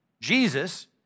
Jesus